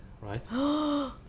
Right